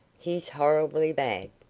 he's horribly bad.